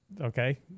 Okay